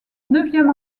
neuvième